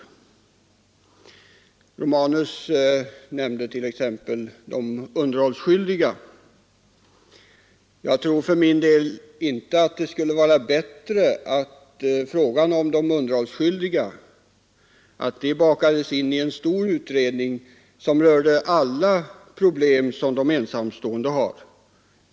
Herr Romanus nämnde t.ex. de underhållsskyldiga. Jag tror inte att det skulle vara bättre att frågan om de underhållsskyldiga bakades in i en stor utredning beträffande alla problem som de ensamstående har.